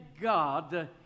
God